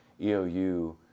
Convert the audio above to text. EOU